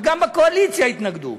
גם בקואליציה התנגדו.